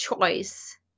choice